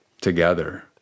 together